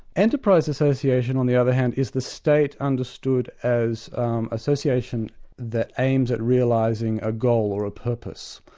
enterprise association on the other hand is the state understood as association that aims at realising a goal or a purpose,